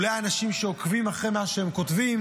אולי אנשים שעוקבים אחרי מה שהם כותבים,